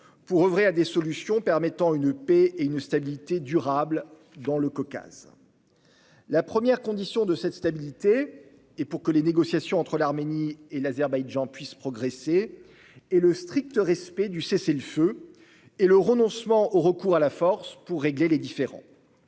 pour oeuvrer à des solutions permettant une paix et une stabilité durables dans le Caucase. La première condition de cette stabilité, et pour que les négociations entre l'Arménie et l'Azerbaïdjan puissent progresser, est le strict respect du cessez-le-feu et le renoncement au recours à la force pour régler les différends.